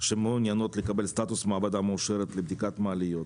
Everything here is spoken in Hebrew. שמעוניינות לקבל סטטוס מעבדה מאושרת לבדיקת מעליות,